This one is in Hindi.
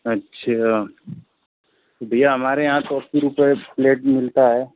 अच्छा भैया हमारे यहाँ तो अस्सी रुपये प्लेट मिलता हे